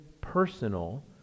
personal